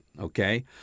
okay